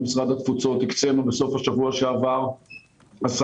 ממשרד התפוצות הקצנו בסוף השבוע שעבר 10